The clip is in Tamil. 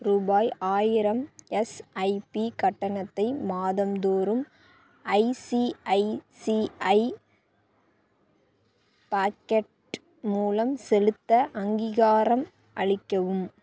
ரூபாய் ஆயிரம் எஸ்ஐபி கட்டணத்தை மாதந்தோறும் ஐசிஐசிஐ பாக்கெட் மூலம் செலுத்த அங்கீகாரம் அளிக்கவும்